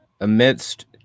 amidst